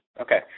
Okay